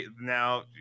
now